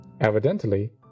Evidently